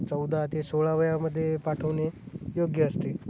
चौदा ते सोळा वयामध्ये पाठवणे योग्य असते